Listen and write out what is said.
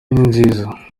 ninziza